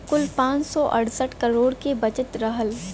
कुल पाँच सौ अड़सठ करोड़ के बजट रहल